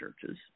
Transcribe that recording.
churches